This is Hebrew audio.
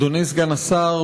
אדוני סגן השר,